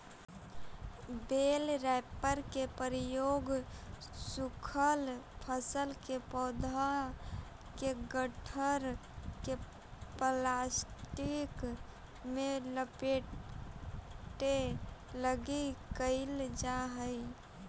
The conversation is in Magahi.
बेल रैपर के प्रयोग सूखल फसल के पौधा के गट्ठर के प्लास्टिक में लपेटे लगी कईल जा हई